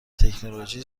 تکنولوژی